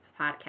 podcast